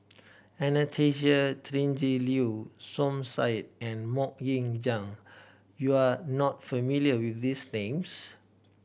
Anastasia Tjendri Liew Som Said and Mok Ying Jang you are not familiar with these names